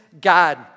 God